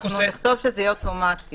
אנחנו נכתוב שזה יהיה אוטומטי.